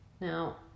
Now